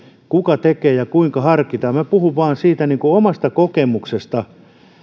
kuka tekee ja kuinka harkiten minä puhun vain siitä omasta kokemuksesta